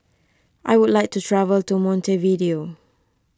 I would like to travel to Montevideo